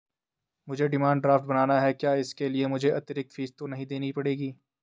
मुझे demand draft बनाना है क्या इसके लिए मुझे अतिरिक्त फीस तो नहीं देनी पड़ेगी?